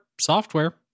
software